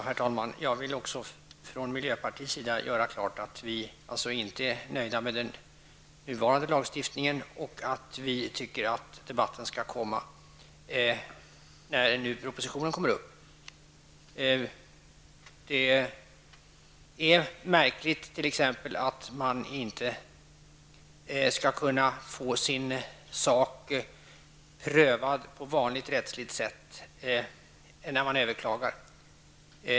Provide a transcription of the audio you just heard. Herr talman! Jag vill på miljöpartiets vägnar klargöra att vi inte är nöjda med den nuvarande lagstiftningen. Vi tycker att debatten skall föras när propositionen behandlas i kammaren. Jag kan dock säga att det är märkligt att man inte skall kunna få sin sak prövad på sedvanligt rättsligt sätt när man överklagar.